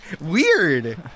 Weird